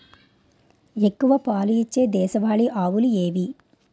ఎక్కువ పాలు ఇచ్చే దేశవాళీ ఆవులు ఏవి?